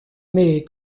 mais